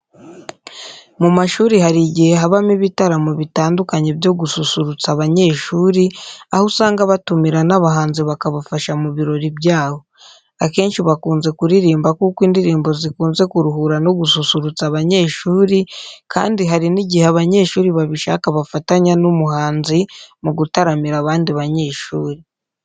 Mu mashuri hari igihe habamo ibitaramo bitandukanye byo gususurutsa abanyeshuri, aho usanga batumira n'abahanzi bakabafasha mu birori byabo. Akenshi bakunze kuririmba kuko indirimbo zikunze kuruhura no gususurutsa abanyeshuri kandi hari n'igihe abanyeshuri babishaka bafatanya n'umuhanzi mu gutaramira abandi banyeshuri.